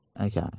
okay